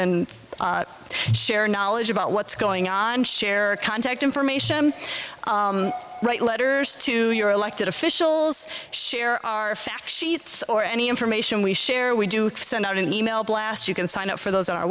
and share knowledge about what's going on share a contact information write letters to your elected officials share our fact sheets or any information we share we do send out an e mail blast you can sign up for those